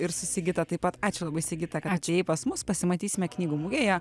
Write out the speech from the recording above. ir su sigita taip pat ačiū labai sigita kad atėjai pas mus pasimatysime knygų mugėje